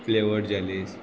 flavor jellies